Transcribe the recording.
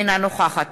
אינה נוכחת